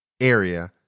area